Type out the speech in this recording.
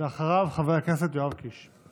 אחריו, חבר הכנסת יואב קיש.